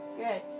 Good